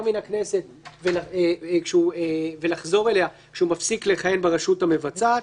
מן הכנסת ולחזור אליה כשהוא מפסיק לכהן ברשות המבצעת.